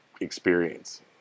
experience